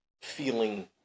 feeling